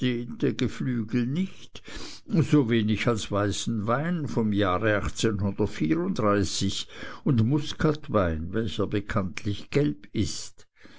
geflügel nicht so wenig als weißen wein vom jahre und muskatwein welcher bekanntlich gelb ist